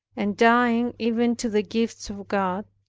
and dying even to the gifts of god.